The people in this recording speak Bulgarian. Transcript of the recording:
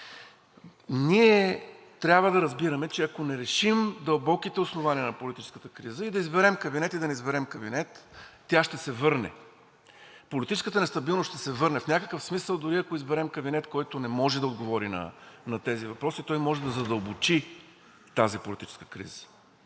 Ние трябва да разбираме, че ако не решим дълбоките основания на политическата криза, и да изберем кабинет, и да не изберем кабинет, тя ще се върне. Политическата нестабилност ще се върне. В някакъв смисъл дори ако изберем кабинет, който не може да отговори на тези въпроси, той може да задълбочи тази политическа криза,